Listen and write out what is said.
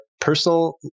personal